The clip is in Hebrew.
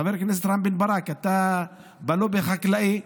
חבר הכנסת רם בן ברק, אתה בלובי החקלאי,